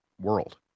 World